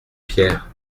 pierre